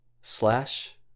Slash